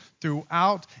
throughout